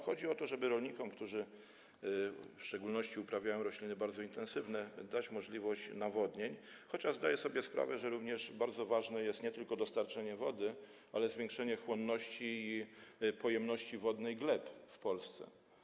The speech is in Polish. Chodzi o to, żeby rolnikom, którzy w szczególności uprawiają rośliny bardzo intensywne, dać możliwość nawodnień, chociaż zdaję sobie sprawę, że bardzo ważne jest nie tylko dostarczenie wody, ale i zwiększenie chłonności i pojemności wodnej gleb w Polsce.